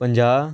ਪੰਜਾਹ